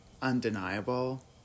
Undeniable